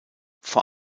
vor